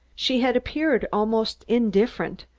she had appeared almost indifferent,